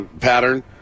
pattern